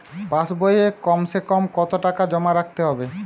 পাশ বইয়ে কমসেকম কত টাকা জমা রাখতে হবে?